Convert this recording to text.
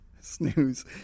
Snooze